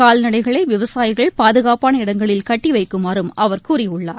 கால்நடைகளைவிவசாயிகள் பாதுகாப்பான இடங்களில் கட்டிவைக்குமாறும் அவர் கூறியுள்ளார்